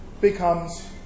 becomes